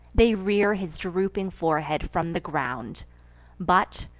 they rear his drooping forehead from the ground but,